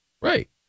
Right